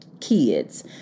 kids